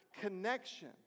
connection